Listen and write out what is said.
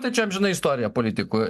tai čia amžina istorija politikų